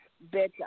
better